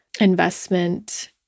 investment